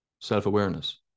self-awareness